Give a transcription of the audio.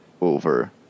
over